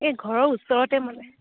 এই ঘৰৰ ওচৰতে মানে